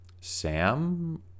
Sam